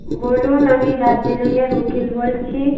বলুন আমি দার্জিলিংয়ের উকিল বলছি